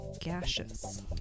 gaseous